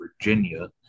Virginia